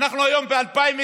ואנחנו היום ב-2020,